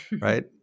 right